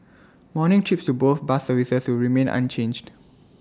morning trips to both bus services will remain unchanged